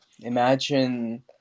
imagine